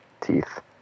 Teeth